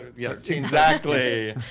yes. exactly.